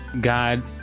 God